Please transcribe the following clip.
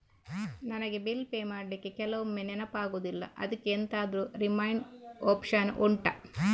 ನನಗೆ bill pay ಮಾಡ್ಲಿಕ್ಕೆ ಕೆಲವೊಮ್ಮೆ ನೆನಪಾಗುದಿಲ್ಲ ಅದ್ಕೆ ಎಂತಾದ್ರೂ ರಿಮೈಂಡ್ ಒಪ್ಶನ್ ಉಂಟಾ